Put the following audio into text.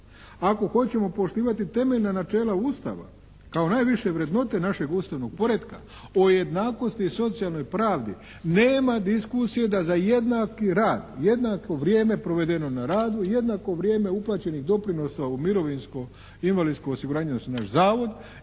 ako hoćemo poštivati temeljna načela Ustava kao najviše vrednote našeg Ustavnog poretka o jednakosti i socijalnoj pravdi nema diskusije da za jednaki rad, jednako vrijeme provedeno na radu, jednako vrijeme uplaćenih doprinosa u mirovinsko i invalidsko osiguranje odnosno naš zavod